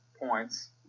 points